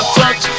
touch